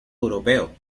europeo